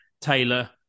Taylor